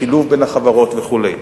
שילוב בין החברות וכו'.